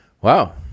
Wow